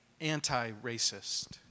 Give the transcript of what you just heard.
anti-racist